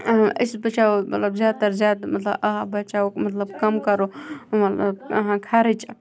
أسۍ بَچاوَو مطلب زیادٕتر زیادٕ مطلب آب بَچاوَو مطلب کَم کَرو خرٕچ